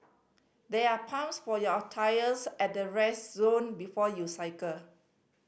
there are pumps for your tyres at the rest zone before you cycle